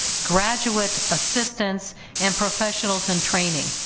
graduate assistants and professionals in training.